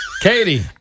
Katie